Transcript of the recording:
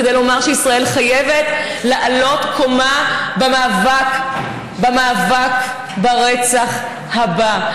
כדי לומר שישראל חייבת לעלות קומה במאבק ברצח הבא.